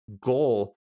goal